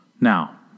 Now